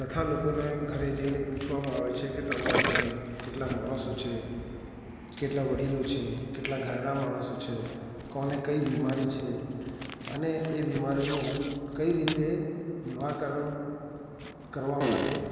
તથા લોકોને ઘરે જઈને પૂછવામાં આવે છે કે તમારા ઘરે કેટલા માણસો છે કેટલા વડીલો છે કેટલા ઘરડા માણસો છે કોને કઈ બીમારી છે અને એ બીમારીનું કઈ રીતે નિરાકરણ કરવા માટે